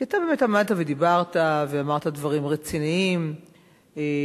כי אתה באמת עמדת ודיברת ואמרת דברים רציניים אגב,